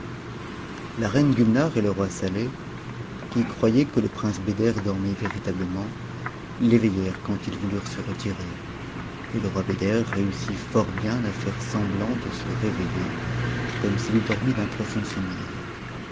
la reine gulnare et le roi saleh qui croyaient que le roi beder dot mait véritablement t'éveittèrent quand ils voulurent se retirer et e roi beder réussit fort bien a faire semblant de se réveiller comme s'il u dormi d'un profond sommeil